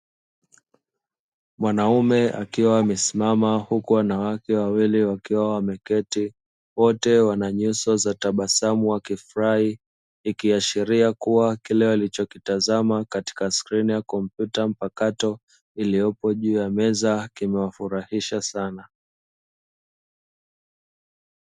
Mwanaume akiwa amesimama, huku wanawake wawili wakiwa wameketi. Wote wana nyuso za tabasamu, wakifurahi. Ikiashiria kuwa kile walichokitazama katika skrini ya kompyuta mpakato iliyopo juu ya meza kimewafurahisha sana.